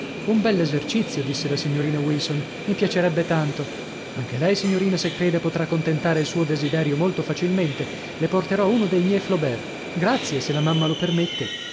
bersaglio un bell'esercizio disse la signorina wilson mi piacerebbe tanto anche lei signorina se crede potrà contentare il suo desiderio molto facilmente le porterò uno dei miei flobert grazie se la mamma lo permette